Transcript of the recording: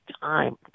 time